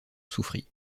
souffrit